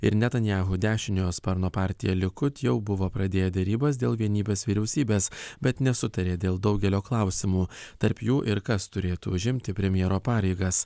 ir netanyahu dešiniojo sparno partija likud jau buvo pradėję derybas dėl vienybės vyriausybės bet nesutarė dėl daugelio klausimų tarp jų ir kas turėtų užimti premjero pareigas